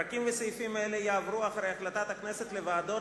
פרקים וסעיפים אלה יעברו אחרי החלטת הכנסת לוועדות